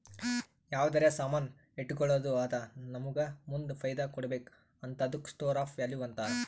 ಯಾವ್ದರೆ ಸಾಮಾನ್ ಇಟ್ಗೋಳದ್ದು ಅದು ನಮ್ಮೂಗ ಮುಂದ್ ಫೈದಾ ಕೊಡ್ಬೇಕ್ ಹಂತಾದುಕ್ಕ ಸ್ಟೋರ್ ಆಫ್ ವ್ಯಾಲೂ ಅಂತಾರ್